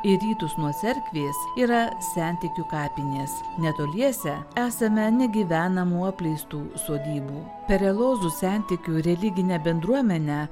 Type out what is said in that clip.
į rytus nuo cerkvės yra sentikių kapinės netoliese esame negyvenamų apleistų sodybų perelozų sentikių religinę bendruomenę